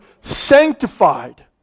Sanctified